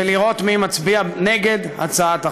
ולראות מי מצביע נגד הצעת החוק.